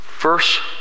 verse